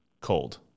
cold